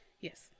Yes